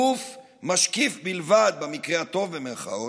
גוף משקיף בלבד "במקרה הטוב", במירכאות,